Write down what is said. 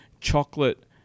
chocolate